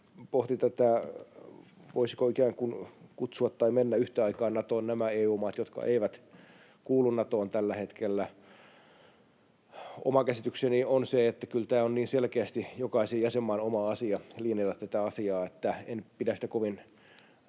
pohti, voisiko Natoon ikään kuin kutsua tai voisivatko mennä yhtä aikaa Natoon nämä EU-maat, jotka eivät kuulu Natoon tällä hetkellä. Oma käsitykseni on se, että kyllä tämä on niin selkeästi jokaisen jäsenmaan oma asia linjata tätä asiaa, että en pidä sitä kovin